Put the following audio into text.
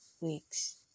week's